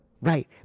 Right